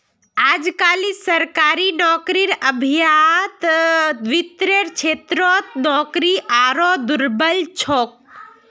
अजकालित सरकारी नौकरीर अभाउत वित्तेर क्षेत्रत नौकरी आरोह दुर्लभ छोक